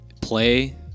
play